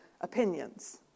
opinions